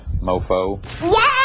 mofo